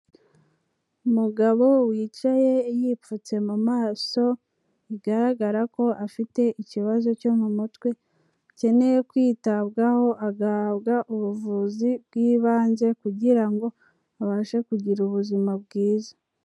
Umugabo wicaye yipfutse mu maso, bigaragara ko afite ikibazo cyo mu mutwe, akeneye kwitabwaho agahabwa ubuvuzi bw'ibanze kugira ngo abashe kugira ubuzima bwiza.